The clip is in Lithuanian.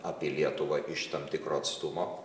apie lietuvą iš tam tikro atstumo